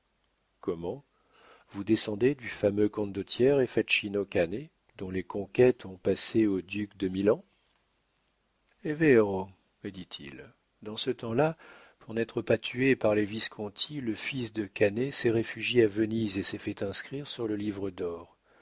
comment vous descendez du fameux condottiere facino cane dont les conquêtes ont passé aux ducs de milan e vero me dit-il dans ce temps-là pour n'être pas tué par les visconti le fils de cane s'est réfugié à venise et s'est fait inscrire sur le livre d'or